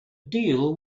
deal